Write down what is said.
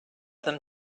them